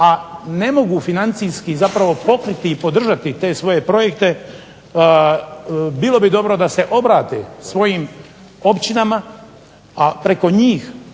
a ne mogu financijski zapravo pokriti i podržati te svoje projekte bilo bi dobro da se obrate svojim općinama, a preko njih